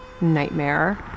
nightmare